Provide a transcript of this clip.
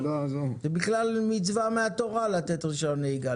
זה בכלל מצווה מהתורה לתת רישיון נהיגה,